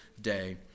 day